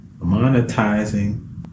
monetizing